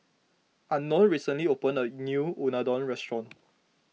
Unknown recently opened a new Unadon restaurant